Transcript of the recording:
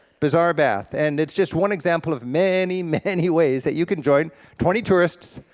bizarre bath, and it's just one example of many, many ways that you can join twenty tourists,